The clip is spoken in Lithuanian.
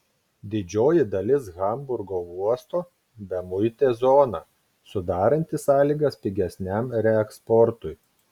didžioji dalis hamburgo uosto bemuitė zona sudaranti sąlygas pigesniam reeksportui